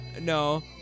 No